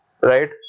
right